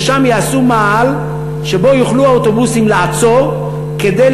ששם יעשו מאהל שבו יוכלו האוטובוסים לעצור כדי